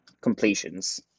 completions